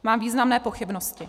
Mám významné pochybnosti.